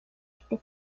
este